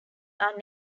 are